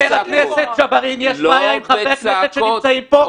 אם לחבר הכנסת ג'בארין יש בעיה עם חברי הכנסת שנמצאים פה,